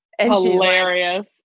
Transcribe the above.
Hilarious